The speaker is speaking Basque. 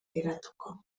geratuko